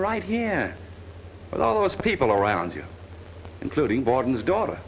right here with all those people around you including borden's daughter